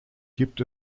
gibt